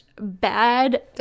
bad